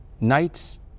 nights